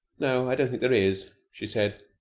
no, i don't think there is, she said.